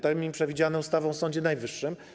Termin przewidziano ustawą o Sądzie Najwyższym.